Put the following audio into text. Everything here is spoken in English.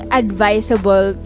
advisable